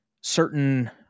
certain